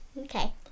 Okay